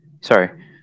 sorry